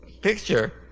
picture